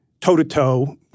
toe-to-toe